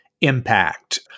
impact